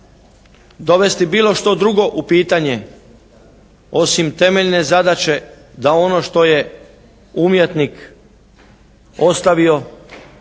dovesti bilo što u pitanje osim temeljne zadaće da ono što je umjetnik ostavio,